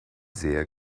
sehr